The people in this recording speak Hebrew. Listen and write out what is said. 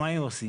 מה היו עושים?